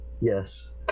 Yes